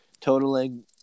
totaling